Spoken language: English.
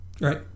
right